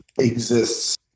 exists